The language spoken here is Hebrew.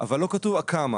אבל לא כתוב כמה.